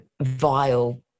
vile